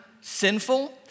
sinful